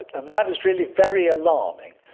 and that is really very alarming,